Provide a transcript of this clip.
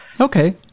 okay